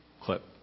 clip